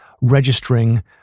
registering